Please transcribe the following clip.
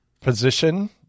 position